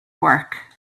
work